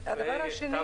הרשות נתונה לנו לעשות.